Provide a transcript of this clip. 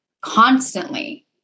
constantly